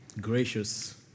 gracious